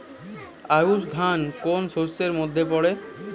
আউশ ধান কোন শস্যের মধ্যে পড়ে?